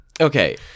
Okay